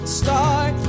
start